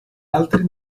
altri